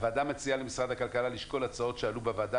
הוועדה מציעה למשרד הכלכלה לשקול הצעות שעלו בוועדה